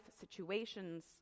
situations